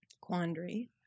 quandary